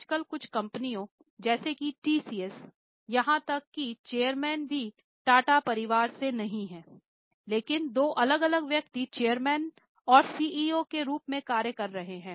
आजकल कुछ कंपनियों जैसे कि TCS यहां तक कि चेयरमैन भी टाटा परिवार से नहीं हैं लेकिन 2 अलग अलग व्यक्ति चेयरमैन और सीईओ के रूप में कार्य कर रहे हैं